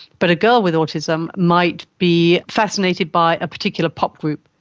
but a girl with autism might be fascinated by a particular pop group,